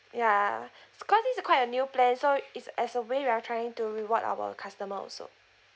ya cause this is quite a new plan so is as a way we're trying to reward our customers also